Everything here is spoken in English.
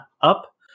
Up